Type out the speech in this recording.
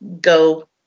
go